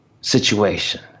situation